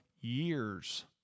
years